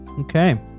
Okay